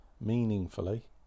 meaningfully